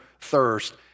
thirst